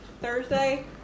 Thursday